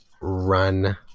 run